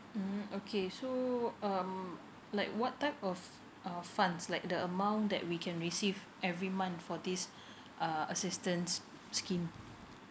mm okay so um like what type of uh funds like the amount that we can receive every month for this uh assistance scheme